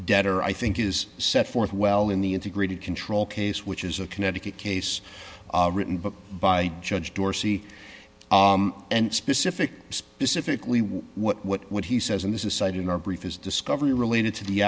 debtor i think is set forth well in the integrated control case which is a connecticut case written book by judge dorsey and specific specifically what what what what he says in this is cited in our brief is discovery related to the